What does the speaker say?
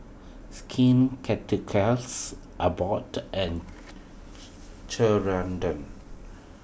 Skin Ceuticals Abbott and Ceradan